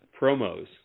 promos